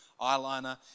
eyeliner